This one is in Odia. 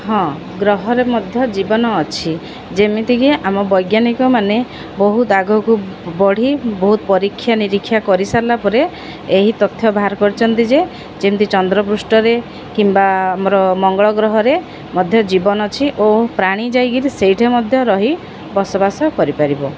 ହଁ ଗ୍ରହରେ ମଧ୍ୟ ଜୀବନ ଅଛି ଯେମିତିକି ଆମ ବୈଜ୍ଞାନିକମାନେ ବହୁତ ଆଗକୁ ବଢ଼ି ବହୁତ ପରୀକ୍ଷା ନିରୀକ୍ଷା କରିସାରିଲା ପରେ ଏହି ତଥ୍ୟ ବାହାର କରିଛନ୍ତି ଯେ ଯେମିତି ଚନ୍ଦ୍ରପୃଷ୍ଠରେ କିମ୍ବା ଆମର ମଙ୍ଗଳ ଗ୍ରହରେ ମଧ୍ୟ ଜୀବନ ଅଛି ଓ ପ୍ରାଣୀ ଯାଇକରି ସେଇଠି ମଧ୍ୟ ରହି ବସବାସ କରିପାରିବ